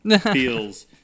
feels